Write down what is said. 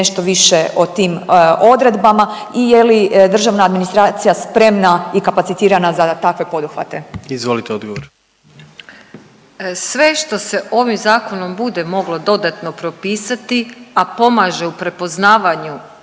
nešto više o tim odredbama i je li državna administracija spremna i kapacitirana za takve poduhvate? **Jandroković, Gordan (HDZ)** Izvolite odgovor. **Vučković, Marija (HDZ)** Sve što se ovim zakonom bude moglo dodatno propisati, a pomaže u prepoznavanju